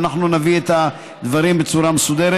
אנחנו נביא את הדברים בצורה מסודרת.